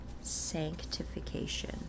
Sanctification